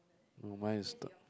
no mine is the